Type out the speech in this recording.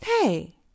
hey